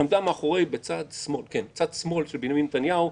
היא עמדה בצד שמאל של בנימין נתניהו,